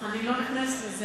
אני לא נכנסת לזה,